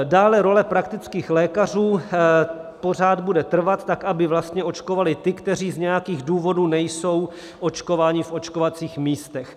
Dále role praktických lékařů: pořád bude trvat tak, aby vlastně očkovali ty, kteří z nějakých důvodů nejsou očkováni v očkovacích místech.